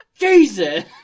Jesus